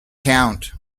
count